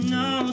no